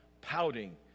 pouting